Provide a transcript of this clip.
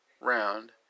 round